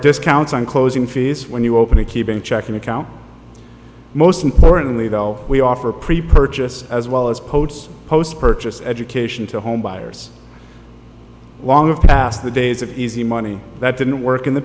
discounts on closing fees when you open a keeping checking account most importantly though we offer pre purchase as well as post post purchase education to home buyers long of past the days of easy money that didn't work in the